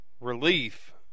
relief